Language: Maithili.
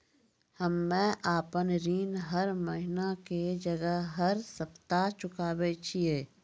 हम्मे आपन ऋण हर महीना के जगह हर सप्ताह चुकाबै छिये